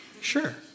sure